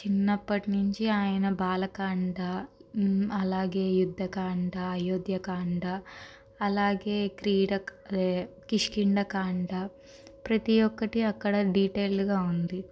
చిన్నప్పటినుంచి ఆయన బాలకాండ అలాగే యుద్ధకాండ అయోధ్యకాండ అలాగే క్రీడ అదే కిష్కిందకాండ ప్రతి ఒక్కటి అక్కడ డీటెయిల్గా ఉంది